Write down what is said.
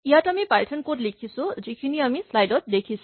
ইয়াত আমি Python code লিখিছো যিখিনি আমি স্লাইড ত দেখিছো